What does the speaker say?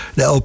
De